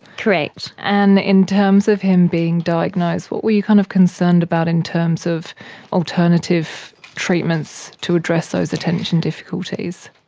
correct. and in terms of him being diagnosed, what were you kind of concerned about in terms of alternative treatments to address those attention difficulties?